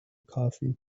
coffee